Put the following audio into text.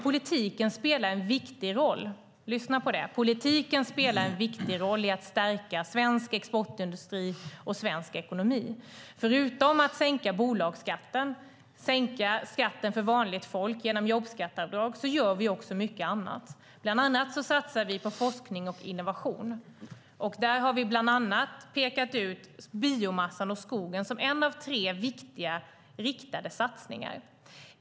Politiken spelar en viktig roll - lyssna på det - i att stärka svensk exportindustri och svensk ekonomi. Förutom att sänka bolagsskatten, sänka skatten för vanligt folk genom jobbskatteavdrag gör vi mycket annat. Bland annat satsar vi på forskning och innovation. Där har vi bland annat pekat ut satsningen på biomassan och skogen som en av tre viktiga riktade satsningar.